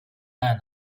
发展